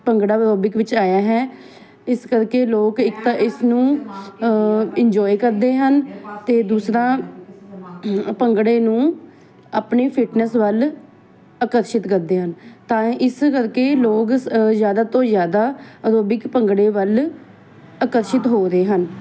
bhangra aerobic ਵਿੱਚ ਆਇਆ ਹੈ ਇਸ ਕਰਕੇ ਲੋਕ ਇੱਕ ਤਾਂ ਇਸਨੂੰ ਇੰਜੋਏ ਕਰਦੇ ਹਨ ਅਤੇ ਦੂਸਰਾ ਭੰਗੜੇ ਨੂੰ ਆਪਣੀ ਫਿਟਨੈਸ ਵੱਲ ਆਕਰਸ਼ਿਤ ਕਰਦੇ ਹਨ ਤਾਂ ਇਸ ਕਰਕੇ ਲੋਕ ਜ਼ਿਆਦਾ ਤੋਂ ਜ਼ਿਆਦਾ ਅਰੋਬਿਕ ਭੰਗੜੇ ਵੱਲ ਆਕਰਸ਼ਿਤ ਹੋ ਰਹੇ ਹਨ